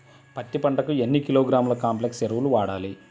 పత్తి పంటకు ఎన్ని కిలోగ్రాముల కాంప్లెక్స్ ఎరువులు వాడాలి?